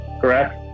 correct